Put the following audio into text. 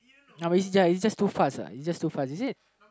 ya but it's just too fast lah it's just too fast is it